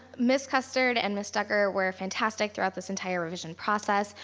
ms. custard and ms. dugger were fantastic throughout this entire revision process.